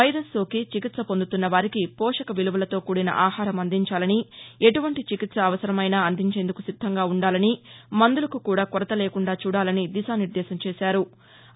virus సోకి చికిత్స పొందుతున్న వారికి పోషక విలువలతో కూడిన ఆహారం అందించాలని ఎటువంటి చికిత్స అవసరమైనా అందించేందుకు సిద్దంగా ఉండాలని మందులకు కూడా కొరత లేకుండా చూడాలని దిశానిర్దేశం చేశారు